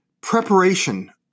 preparation